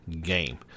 game